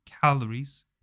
calories